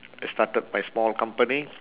I started my small company